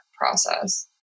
process